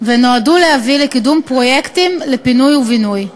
ונועדו להביא לקידום פרויקטים לפינוי ובינוי.